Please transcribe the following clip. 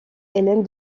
hélène